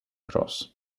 cross